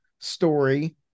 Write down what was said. story